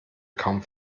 kaum